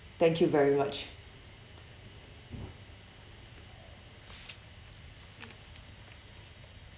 thank you very much